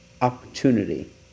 opportunity